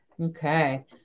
okay